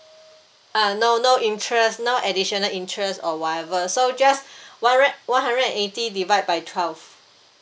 ah no no interest no additional interest or whatever so just one hundred one hundred and eighty divide by twelve